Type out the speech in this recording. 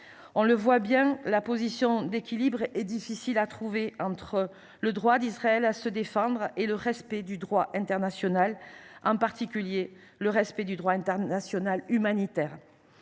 On le voit bien, une position d’équilibre est difficile à trouver entre le droit d’Israël à se défendre et le respect du droit international, en particulier du droit international humanitaire.